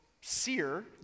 sear